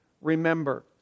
remember